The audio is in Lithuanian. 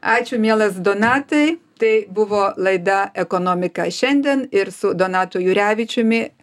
ačiū mielas donatai tai buvo laida ekonomika šiandien ir su donatu jurevičiumi